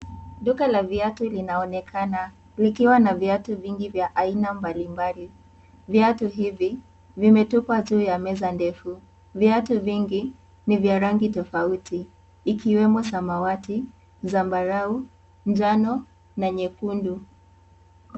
Duka la viatu linaonekana likiwa na viatu vingi vya aina mbalimbali, viatu hivi vimetupwa juu ya meza ndefu viatu, vingi ni vya rangi tofauti ikiwemo samawati, sambarau, njano na nyekundu.